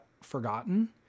forgotten